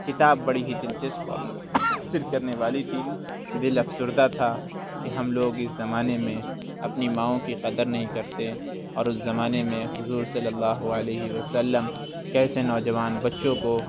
کتاب بڑی ہی دِلچسپ ہے اور متاثر کرنے والی تھی دِل افسردہ تھا کہ ہم لوگ اِس زمانے میں اپنی ماؤں کی قدر نہیں کرتے اور اُس زمانے میں حضور صلی اللہ علیہ وسلم کیسے نوجوان بچوں کو